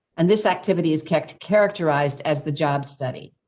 and this activity is kept characterized as the job study.